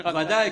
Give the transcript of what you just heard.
ודאי,